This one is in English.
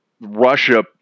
Russia